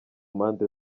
mpande